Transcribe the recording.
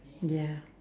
ya